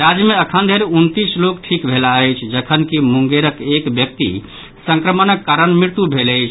राज्य मे अखनधरि उनतीस लोक ठीक भेलाह अछि जखनकि मुंगेरक एक व्यक्ति संक्रमणक कारण मृत्यु भेल छल